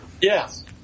Yes